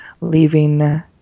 leaving